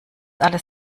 alles